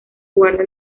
guarda